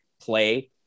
play